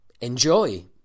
enjoy